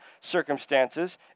circumstances